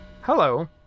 Hello